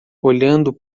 olhando